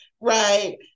right